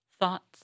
Thoughts